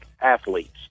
athletes